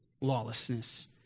lawlessness